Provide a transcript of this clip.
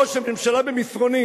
ראש הממשלה במסרונים